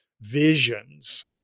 visions